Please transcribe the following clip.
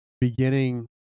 beginning